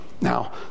Now